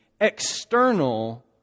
external